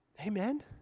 Amen